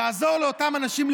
לעזור לאותם אנשים,